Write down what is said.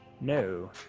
no